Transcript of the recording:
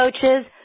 coaches